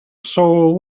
soul